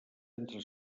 entre